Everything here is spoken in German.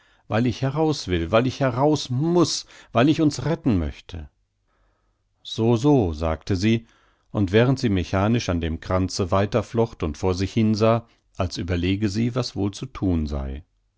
weil ich heraus will weil ich heraus muß weil ich uns retten möchte so so sagte sie während sie mechanisch an dem kranze weiter flocht und vor sich hin sah als überlege sie was wohl zu thun sei